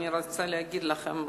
אני רוצה להגיד לכם,